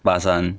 八三